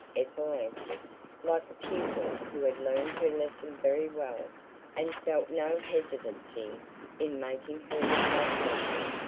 ethel answered like a pupil who had learned her lesson very well and felt no hesitancy in making her recitation.